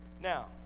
Now